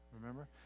remember